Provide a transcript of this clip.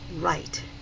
right